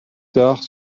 tard